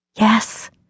Yes